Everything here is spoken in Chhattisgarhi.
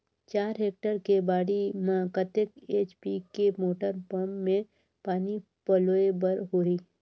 चार हेक्टेयर के बाड़ी म कतेक एच.पी के मोटर पम्म ले पानी पलोय बर होही?